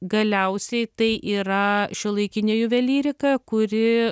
galiausiai tai yra šiuolaikinė juvelyrika kuri